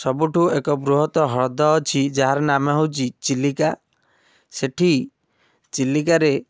ସବୁଠୁ ଏକ ବୃହତ ହ୍ରଦ ଅଛି ଯାହାର ନାମ ହେଉଛି ଚିଲିକା ସେଠି ଚିଲିକାରେ